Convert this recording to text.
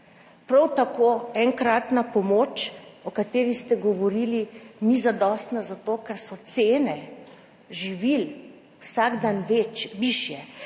Prav tako enkratna pomoč, o kateri ste govorili, ni zadostna zato, ker so cene živil vsak dan višje.